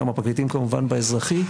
גם הפרקליטים כמובן באזרחי,